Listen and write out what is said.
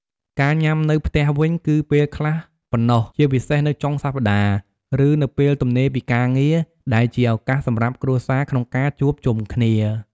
ការញ៉ាំនៅផ្ទះវិញ គឺពេលខ្លះប៉ុណ្ណោះ ជាពិសេសនៅចុងសប្ដាហ៍ ឬនៅពេលទំនេរពីការងារ ដែលជាឱកាសសម្រាប់គ្រួសារក្នុងការជួបជុំគ្នា។